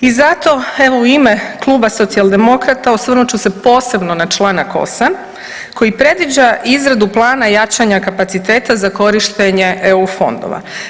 I zato evo u ime kluba socijaldemokrata osvrnut ću se posebno na Članak 8. koji predviđa izradu plana jačanja kapaciteta za korištenje EU fondova.